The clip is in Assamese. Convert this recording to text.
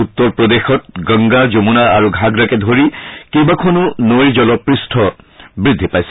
উত্তৰ প্ৰদেশত গংগা যমুনা আৰু ঘাঘাকে ধৰি কেইবাখনো নৈ জলস্তৰ বৃদ্ধি পাই আছে